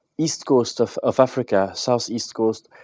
east coast of of africa, southeast coast,